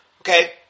Okay